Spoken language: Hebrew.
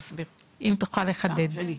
אם תוכל לחדד.